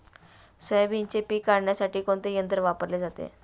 सोयाबीनचे पीक काढण्यासाठी कोणते यंत्र वापरले जाते?